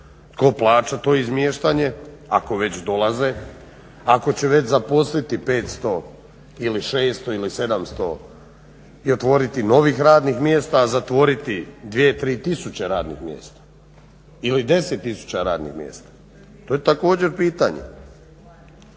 Tko plaća to izmještanje ako već dolaze, ako će već zaposliti 500, 600 ili 700 i otvoriti novih radnih mjesta, a zatvoriti 2, 3 tisuće radnih mjesta ili 10 tisuća radnih mjesta? Tko je također pitanje.